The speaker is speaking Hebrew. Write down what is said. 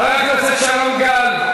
חבר הכנסת שרון גל,